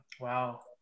Wow